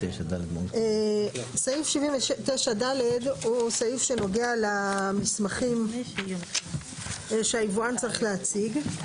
סעיף 79ד הוא סעיף שנוגע למסמכים שהיבואן צריך להציג.